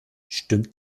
stimmt